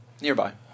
nearby